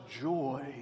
joy